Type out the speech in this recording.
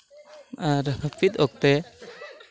ᱟᱨ ᱦᱟᱹᱯᱤᱫ ᱚᱠᱛᱮ